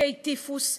מוכי טיפוס,